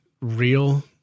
real